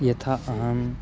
यथा अहं